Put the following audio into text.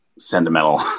sentimental